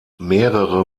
mehrere